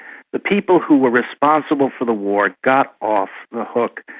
the people who were responsible for the war got off the hook.